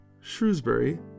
Shrewsbury